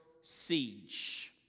siege